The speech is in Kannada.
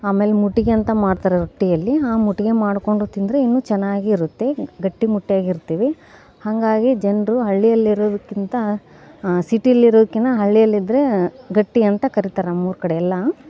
ಆಮೇಲೆ ಮುಟ್ಗಿ ಅಂತ ಮಾಡ್ತಾರೆ ರೊಟ್ಟಿಯಲ್ಲಿ ಆ ಮುಟ್ಗಿ ಮಾಡಿಕೊಂಡು ತಿಂದರೆ ಇನ್ನೂ ಚೆನ್ನಾಗಿರುತ್ತೆ ಗಟ್ಟಿ ಮುಟ್ಟಿಯಾಗಿ ಇರ್ತೀವಿ ಹಾಗಾಗಿ ಜನರು ಹಳ್ಳಿಯಲ್ಲಿ ಇರೋದಕ್ಕಿಂತ ಸಿಟಿಲಿ ಇರೋದ್ಕಿಂತ ಹಳ್ಳಿಯಲ್ಲಿದ್ದರೆ ಗಟ್ಟಿ ಅಂತ ಕರಿತಾರೆ ನಮ್ಮೂರ ಕಡೆ ಎಲ್ಲ